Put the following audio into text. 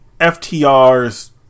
FTR's